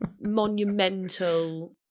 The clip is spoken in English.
monumental